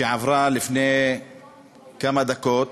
שעברה לפני כמה דקות,